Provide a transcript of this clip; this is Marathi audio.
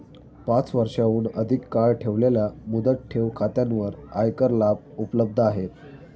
पाच वर्षांहून अधिक काळ ठेवलेल्या मुदत ठेव खात्यांवर आयकर लाभ उपलब्ध आहेत